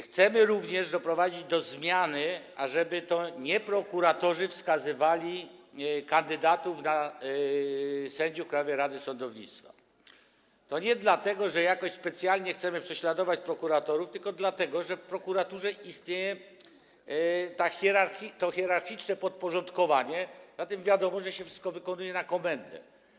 Chcemy również doprowadzić do zmiany, ażeby to nie prokuratorzy wskazywali kandydatów na sędziów Krajowej Rady Sądownictwa, i to nie dlatego, że jakoś specjalnie chcemy prześladować prokuratorów, tylko dlatego, że w prokuraturze istnieje hierarchiczne podporządkowanie, zatem wiadomo, że wszystko się wykonuje na komendę.